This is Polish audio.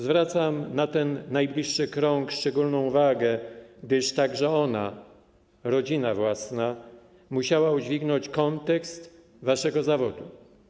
Zwracam na ten najbliższy krąg szczególną uwagę, gdy także ona, rodzina własna, musiała udźwignąć kontekst waszego zawodu.